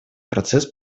процесс